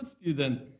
student